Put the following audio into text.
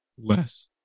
less